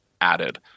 added